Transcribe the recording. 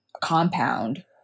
compound